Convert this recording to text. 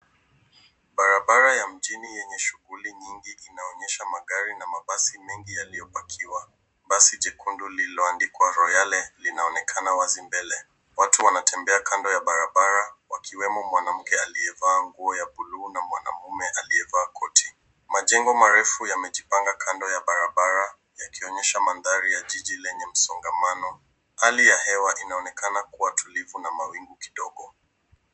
Barabara ya mjini yenye shughuli nyingi inaonyesha magari na mabasi mengi yaliyopakiwa. Basi jekundu lililoandikwa Royale linaonekana wazi mbele. Watu wanatembea kando ya barabara wakiwamo mwanamke aliyavaa nguo ya bluu na mwanaume aliyevaa koti. Majengo marefu yamejipanga kando ya barabara yakionyesha mandhari ya jiji lenye msongamano. Hali ya hewa inaonekana kuwa tulivu na mawingu kidogo.